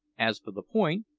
as for the point,